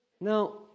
Now